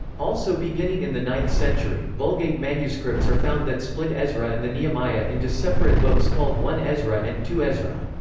also beginning in the ninth century, vulgate manuscripts are found that split ezra and the nehemiah into separate books called one ezra and two ezra.